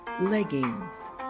leggings